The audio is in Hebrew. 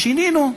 שינינו,